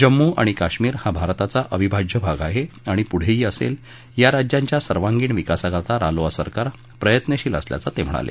जम्मू आणि काश्मिर हा भारताचा अविभाज्य भाग आहे आणि पुढेही असेल या राज्यांच्या सर्वांगीण विकासाकरता रालोआ सरकार प्रयत्नशील असल्याचं त्यांनी सांगितलं